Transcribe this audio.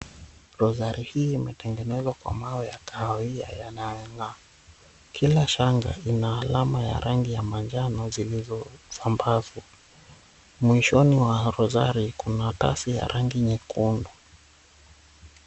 Rosari hii imetengenezwa kwa mawe ya kahawia yanayong'aa. Kila shanga ina alama ya rangi ya manjano zilizosambazwa. Mwishoni wa rozari kuna tasi ya rangi nyekundu.